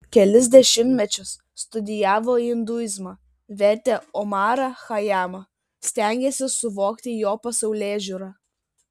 kelis dešimtmečius studijavo induizmą vertė omarą chajamą stengėsi suvokti jo pasaulėžiūrą